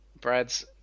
brad's